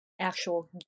actual